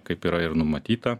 kaip yra ir numatyta